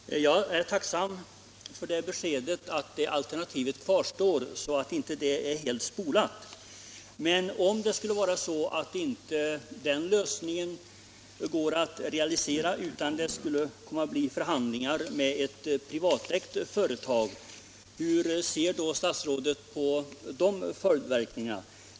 Herr talman! Jag är tacksam för beskedet att alternativet statligt ägande kvarstår. Men om det inte går att realisera den lösningen utan förhandlingar måste upptas med ett privatägt företag vill jag fråga hur statsrådet ser på följdverkningarna.